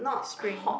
spring